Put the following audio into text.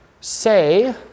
say